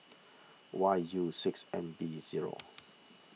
Y U six M V zero